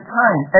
time